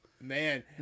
Man